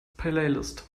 playlist